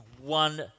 one